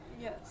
Yes